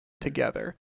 together